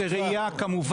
ברור.